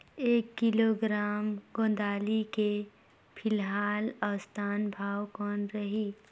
एक किलोग्राम गोंदली के फिलहाल औसतन भाव कौन रही?